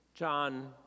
John